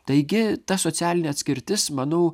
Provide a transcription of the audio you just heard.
taigi ta socialinė atskirtis manau